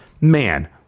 man